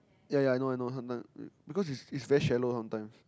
yea yea I know I know sometime because is is very shallow sometime